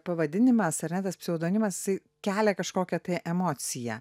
pavadinimas ar ne tas pseudonimas kelia kažkokią tai emociją